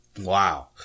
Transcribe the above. wow